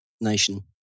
nation